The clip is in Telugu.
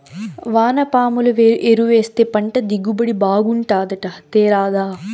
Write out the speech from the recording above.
వానపాముల ఎరువేస్తే పంట దిగుబడి బాగుంటాదట తేరాదా